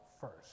first